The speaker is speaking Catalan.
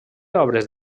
obres